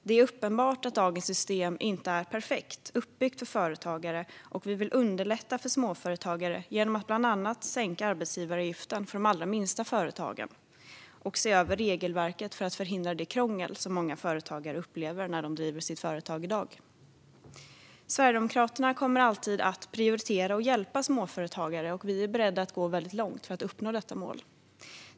Det är uppenbart att dagens system inte är perfekt uppbyggt för företagare, och vi vill underlätta för småföretagare genom att bland annat sänka arbetsgivaravgiften för de allra minsta företagen och se över regelverket för att förhindra det krångel som många företagare upplever när de driver sitt företag i dag. Sverigedemokraterna kommer alltid att prioritera och hjälpa småföretagare, och vi är beredda att gå väldigt långt för att uppnå detta mål.